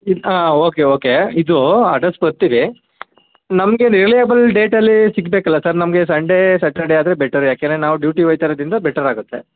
ಇದು okay okay ಇದು address ಕೊಟ್ಟಿರಿ ನಮಗೆ ರಿಲೆಯಲೇಬಲ್ ಡೇಟಲ್ಲಿ ಸಿಗಬೇಕಲ್ಲ ಸರ್ ನಮಗೆ ಸಂಡೇ ಸಟರ್ಡೆ ಆದರೆ ಬೆಟರು ಯಾಕೆ ಅಂದರೆ ನಾವು ಡ್ಯೂಟಿಗೆ ಓಗ್ತಾ ಇರೋದರಿಂದ ಬೇಟರಾಗುತ್ತೆ